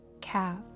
calf